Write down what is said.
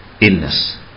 illness